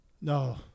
No